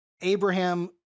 Abraham